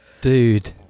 Dude